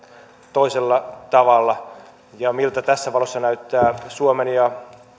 toisella tavalla ja miltä tässä valossa näyttävät suomen ja